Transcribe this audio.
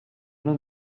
l’un